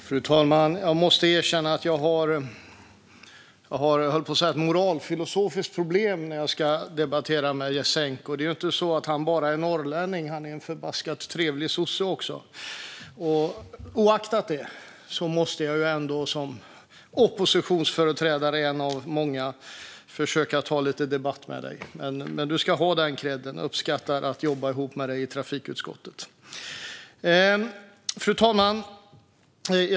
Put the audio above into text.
Fru talman! Jag måste erkänna att jag har, höll jag på att säga, ett moralfilosofiskt problem när jag ska debattera med Jasenko Omanovic. Det är inte så att han bara är norrlänning, utan han är också en förbaskat trevlig sosse. Oaktat det måste jag ändå som en av många oppositionsföreträdare försöka ta lite debatt med dig. Men du ska ha den kredden; jag uppskattar att jobba ihop med dig i trafikutskottet. Fru talman!